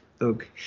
okay